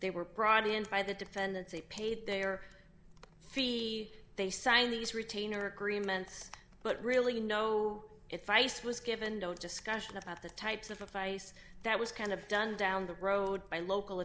they were brought in by the defendants they paid their fee they signed these retainer agreements but really no if i said was given don't discussion about the types of advice that was kind of done down the road by local